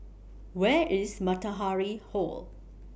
Where IS Matahari Hall